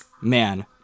Man